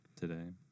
today